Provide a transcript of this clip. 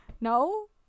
no